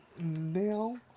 Now